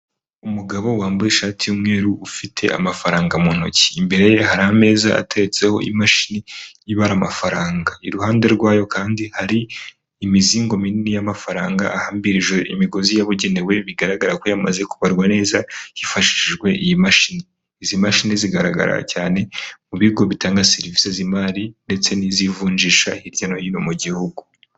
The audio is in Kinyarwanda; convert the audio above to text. Umugabo wambaye ishati y'umweru ufite amafaranga mu ntoki, imbere ye hari ameza ateretseho imashini ibara amafaranga, iruhande rwayo kandi hari imizingo minini y'amafaranga ahambirijwe imigozi yabugenewe, bigaragara ko yamaze kubarwa neza hifashishijwe iyi mashini. Izi mashini zigaragara cyane mu bigo bitanga serivisi z'imari ndetse n'iz'ivunjisha hirya no hino mu gihugu.